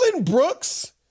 Brooks